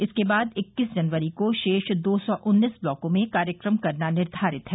इसके बाद इक्कीस जनवरी को शेष दो सौ उन्नीस ब्लाकों में कार्यक्रम करना निर्धारित है